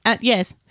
yes